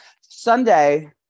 Sunday